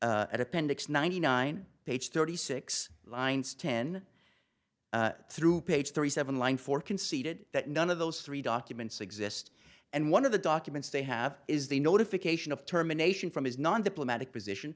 at appendix ninety nine page thirty six lines ten through page thirty seven line four conceded that none of those three documents exist and one of the documents they have is the notification of terminations from his non diplomatic position